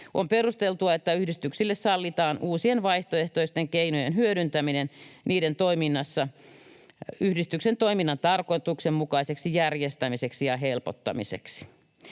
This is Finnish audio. On perusteltua, että yhdistyksille sallitaan uusien vaihtoehtoisten keinojen hyödyntäminen niiden toiminnassa yhdistyksen toiminnan tarkoituksenmukaiseksi järjestämiseksi ja helpottamiseksi.